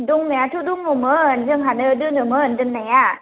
दंनायाथ' दङमोन जोंहानो दोनोमोन दोननाया